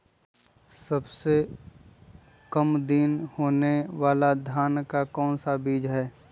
सबसे काम दिन होने वाला धान का कौन सा बीज हैँ?